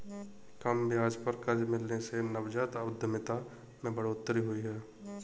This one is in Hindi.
कम ब्याज पर कर्ज मिलने से नवजात उधमिता में बढ़ोतरी हुई है